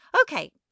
Okay